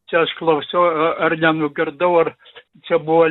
čia aš klausiau ar nenugirdau ar čia buvo